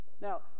Now